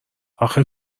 اخه